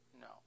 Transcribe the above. No